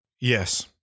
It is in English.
Yes